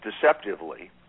deceptively